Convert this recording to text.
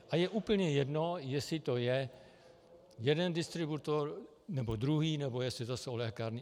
A je úplně jedno, jestli to je jeden distributor, nebo druhý, nebo jestli to jsou lékárny atd.